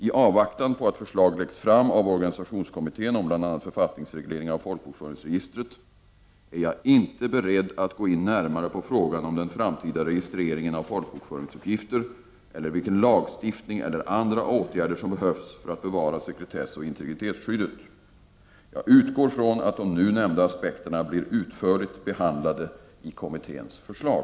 I avvaktan på organisationskommitténs förslag om bl.a. författningsreglering av folkbokföringsregistret är jag inte beredd att gå närmare in på frågan om den framtida registreringen av folkbokföringsuppgifter eller vilken lagstiftning eller andra åtgärder som behövs för att upprätthålla sekretessoch integritetsskyddet. Jag utgår ifrån att de nu nämnda aspekterna blir utförligt behandlade i kommitténs förslag.